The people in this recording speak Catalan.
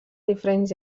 diferents